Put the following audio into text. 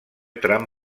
tram